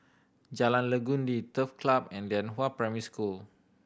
Jalan Legundi Turf Club and Lianhua Primary School